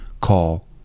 Call